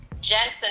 Jensen